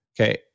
Okay